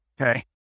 Okay